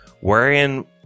wherein